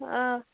آ